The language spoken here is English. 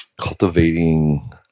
cultivating